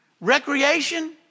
recreation